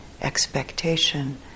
expectation